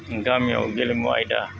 गामियाव गेलेमु आयदा